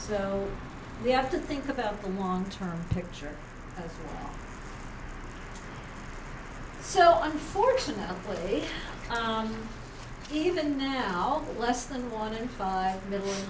so we have to think about the long term picture so unfortunately even now less than one in five million